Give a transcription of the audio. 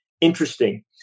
interesting